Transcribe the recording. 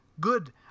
good